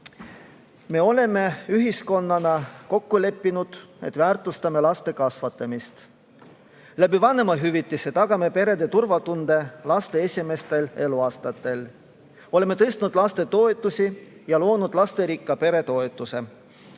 "Me oleme ühiskonnana kokku leppinud, et väärtustame laste kasvatamist. Läbi vanemahüvitise tagame perede turvatunde laste esimestel eluaastatel, Reformierakonna valitsused on tõstnud lastetoetusi ja loonud lasterikka pere toetuse.